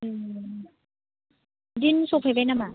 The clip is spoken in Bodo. ए दिन सफैबाय नामा